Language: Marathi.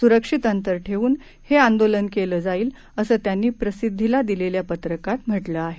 सुरक्षित अंतर ठेवून हे आंदोलन केलं जाईल असं त्यांनी प्रसिद्धीला दिलेल्या पत्रकात म्हटलं आहे